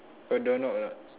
got door knob or not